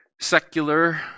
Secular